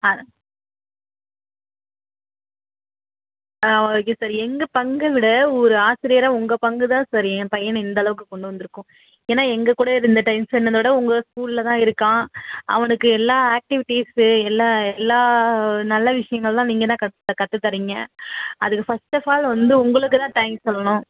ஆ ஆ okay sir எங்கள் பங்கை விட ஒரு ஆசிரியராக உங்கள் பங்கு தான் சார் என் பையனை இந்தளவுக்குக் கொண்டு வந்துருக்கும் ஏன்னா எங்கள் கூட இருந்த டைம் ஸ்பென்னத விட உங்கள் ஸ்கூலில் தான் இருக்கான் அவனுக்கு எல்லா ஆக்ட்டிவிட்ஸு எல்லா எல்லா நல்ல விஷயங்கள்லாம் நீங்கள் தான் கத் கற்று தரிங்க அதுக்கு ஃபஸ்ட் ஆஃப் ஆல் வந்து உங்களுக்கு தான் தேங்க்ஸ் சொல்லணும்